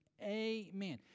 Amen